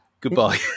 Goodbye